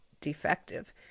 defective